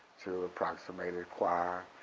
to approximate a choir,